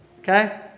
Okay